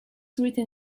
written